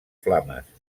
flames